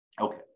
Okay